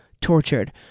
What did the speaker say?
tortured